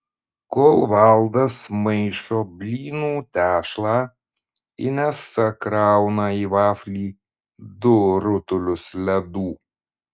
kol valdas maišo blynų tešlą inesa krauna į vaflį du rutulius ledų